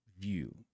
view